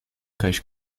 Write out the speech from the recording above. queijo